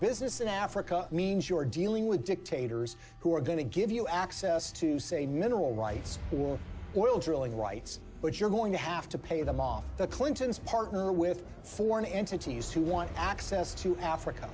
business in africa means you're dealing with dictators who are going to give you access to say mineral rights or oil drilling rights but you're going to have to pay them off the clintons partner with foreign entities who want access to africa